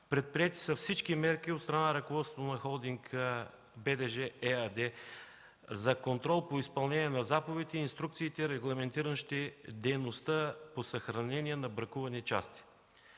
Предприети са всички мерки от страна на ръководството на „Холдинг БДЖ” ЕАД за контрол по изпълнение на заповедите и инструкциите, регламентиращи дейността по съхранение на бракувани части.